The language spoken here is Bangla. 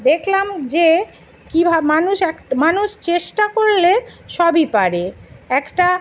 দেখলাম যে মানুষ এক মানুষ চেষ্টা করলে সবই পারে একটা